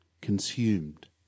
consumed